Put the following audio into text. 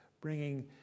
bringing